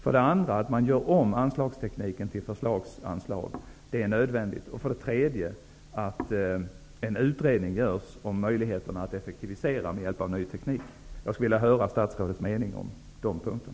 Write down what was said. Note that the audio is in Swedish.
För det andra måste man göra om anslagstekniken till förslagsanslag. Det är nödvändigt. För det tredje måste en utredning göras om möjligheterna att effektivisera med hjälp av ny teknik. Jag skulle vilja höra statsrådets mening om dessa punkter.